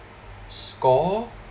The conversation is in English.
score